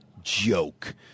joke